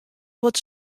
wat